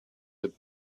had